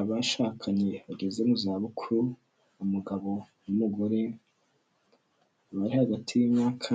Abashakanye bageze mu zabukuru, umugabo n'umugore, bari hagati y'imyaka